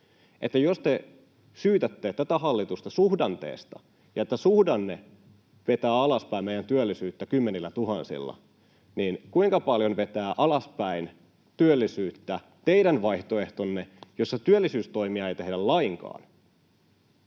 Jos te syytätte tätä hallitusta suhdanteesta ja että suhdanne vetää alaspäin meidän työllisyyttä kymmenillätuhansilla, niin kuinka paljon vetää alaspäin työllisyyttä teidän vaihtoehtonne, jossa työllisyystoimia ei tehdä lainkaan?